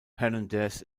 hernandez